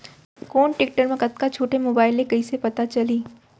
कोन टेकटर म कतका छूट हे, मोबाईल ले कइसे पता चलही?